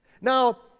now,